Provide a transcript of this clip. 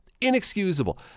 inexcusable